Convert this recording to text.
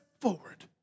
forward